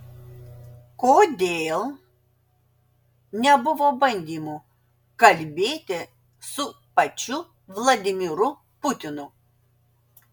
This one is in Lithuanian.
kodėl nebuvo bandymų kalbėti su pačiu vladimiru putinu